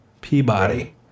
Peabody